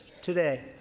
today